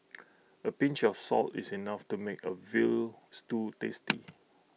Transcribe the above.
A pinch of salt is enough to make A Veal Stew tasty